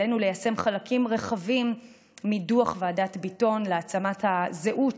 עלינו ליישם חלקים רחבים מדוח ועדת ביטון להעצמת הזהות